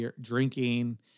drinking